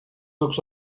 looks